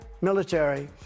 military